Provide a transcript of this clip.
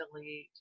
delete